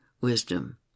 wisdom